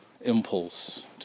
impulse